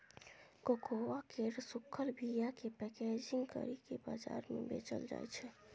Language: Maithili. कोकोआ केर सूखल बीयाकेँ पैकेजिंग करि केँ बजार मे बेचल जाइ छै